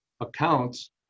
accounts